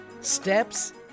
steps